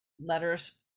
Letters